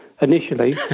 initially